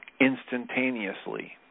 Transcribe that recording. instantaneously